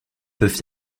peuvent